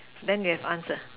then you have answer